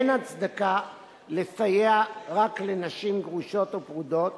אין הצדקה לסייע רק לנשים גרושות ופרודות